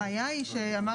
הבעיה היא שאמרנו